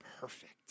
perfect